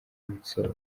nsoro